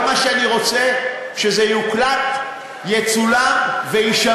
כל מה שאני רוצה, שזה יוקלט, יצולם ויישמר,